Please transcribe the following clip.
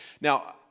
Now